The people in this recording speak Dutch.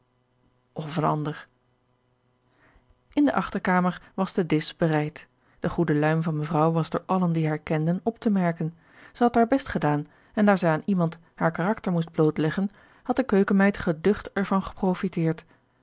of een ander in de achterkamer was de disch bereid de goede luim van mevrouw was door allen die haar kenden op te merken zij had haar best gedaan en daar zij aan iemand haar karakter moest blootleggen had de keukenmeid geducht er van geprofiteerd